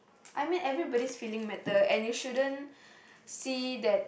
I mean everybody's feeling matter and you shouldn't see that